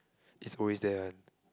is always there one